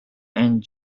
and